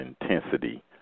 intensity